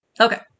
Okay